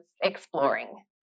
exploring